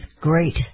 great